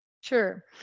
Sure